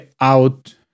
out